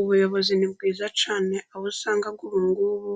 Ubuyobozi ni bwiza cyane, aho usanga ubungubu